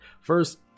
first